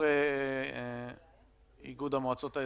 איסור למעסיקים לפטר הורים בתקופת החירום אלא באישור